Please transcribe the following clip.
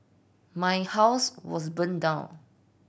my house was burned down